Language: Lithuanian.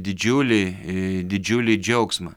didžiulį ii didžiulį džiaugsmą